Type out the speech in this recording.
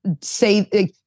say